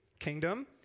kingdom